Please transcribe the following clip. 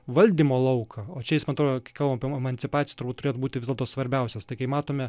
valdymo lauką o čia jis man atrodo kalbant apie emancipaciją turbūt turėtų būti vis dėlto svarbiausias tai kai matome